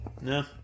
No